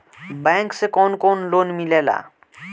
Bank से कौन कौन लोन मिलेला?